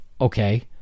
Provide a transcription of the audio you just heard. Okay